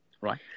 right